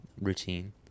routine